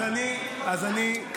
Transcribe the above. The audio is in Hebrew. אז אני,